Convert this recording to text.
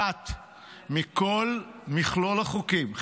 מכל מכלול החוקים,